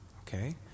okay